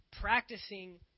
Practicing